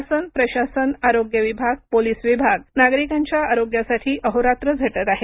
शासन प्रशासन आरोग्य विभाग पोलिस विभाग नागरिकांच्या आरोग्यासाठी अहोरात्र झटत आहेत